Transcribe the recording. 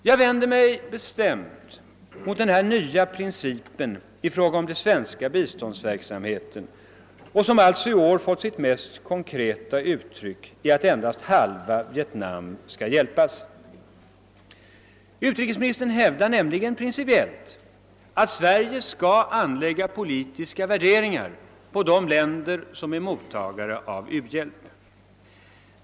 Jag vänder mig bestämt mot denna nya princip i fråga om den svenska biståndsverksamheten, som alltså i år har fått sitt mest konkreta uttryck i att endast halva Vietnam skall hjälpas. Utrikesministern hävdar nämligen principiellt att Sverige skall anlägga politiska värderingar på de länder som är mottagare av u-hjälp.